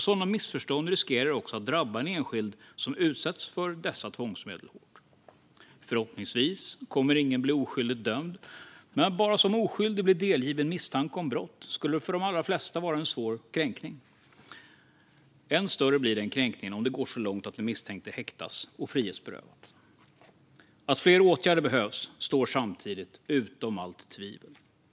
Sådana missförstånd riskerar också att drabba en enskild som utsätts för dessa tvångsmedel hårt. Förhoppningsvis kommer ingen att bli oskyldigt dömd, men bara att som oskyldig bli delgiven misstanke om brott skulle för de allra flesta vara en svår kränkning. Ännu större blir den kränkningen om det går så långt att den misstänkte häktas och frihetsberövas. Att fler åtgärder behövs står samtidigt utom allt tvivel.